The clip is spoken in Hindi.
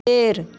पेड़